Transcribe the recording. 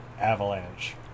Avalanche